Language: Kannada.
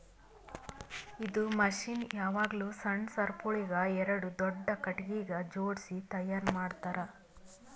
ಇದು ಮಷೀನ್ ಯಾವಾಗ್ಲೂ ಸಣ್ಣ ಸರಪುಳಿಗ್ ಎರಡು ದೊಡ್ಡ ಖಟಗಿಗ್ ಜೋಡ್ಸಿ ತೈಯಾರ್ ಮಾಡ್ತರ್